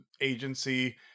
agency